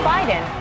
Biden